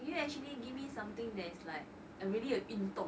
can you actually gie me something that is like really a 运动